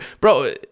Bro